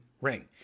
ring